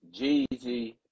Jeezy